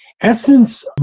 essence